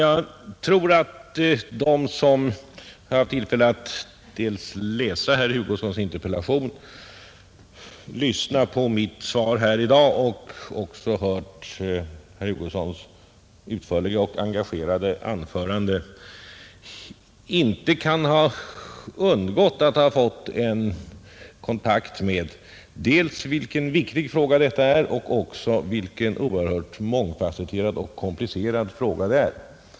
Jag tror att de som haft tillfälle att läsa herr Hugossons interpellation, lyssna till mitt svar i dag och höra herr Hugossons utförliga och engagerade anförande inte kan ha undgått att få en känsla av vilken viktig men också oerhört mångfasetterad och komplicerad fråga detta är.